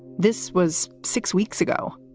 this was six weeks ago